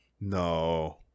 No